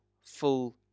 full